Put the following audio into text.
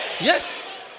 Yes